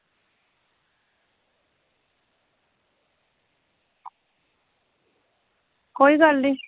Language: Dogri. कोई गल्ल निं